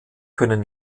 können